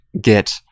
get